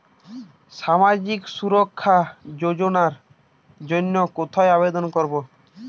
সামাজিক সুরক্ষা যোজনার জন্য কোথায় আবেদন করব?